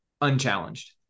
unchallenged